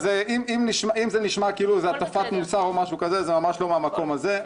אז אם זה נשמע כאילו זה הטפת מוסר או משהו כזה זה ממש לא מהמקום הזה.